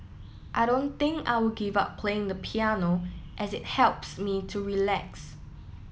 I don't think I will give up playing the piano as it helps me to relax